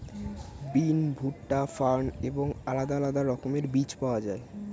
বিন, ভুট্টা, ফার্ন এবং আলাদা আলাদা রকমের বীজ পাওয়া যায়